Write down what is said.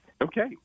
Okay